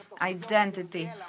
identity